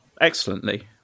excellently